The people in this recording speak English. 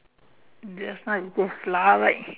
just like the Slavic